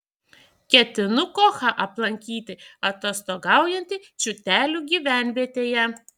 ketinu kochą aplankyti atostogaujantį čiūtelių gyvenvietėje